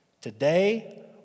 today